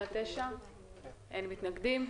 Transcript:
אין מתנגדים.